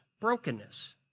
brokenness